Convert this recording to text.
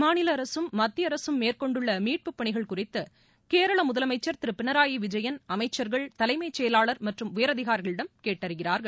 மாநில அரசும் மத்திய அரசும் மேற்கொண்டுள்ள மீட்பு பணிகள் குறித்து கேரள முதலமைச்சர் பினராயி விஜயன் அமைச்சர்கள் தலைமைச் செயலாளர் மற்றும் உயர் அதிகாரிகளிடம் திரு கேட்டறிகிறார்கள்